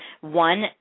one